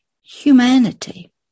humanity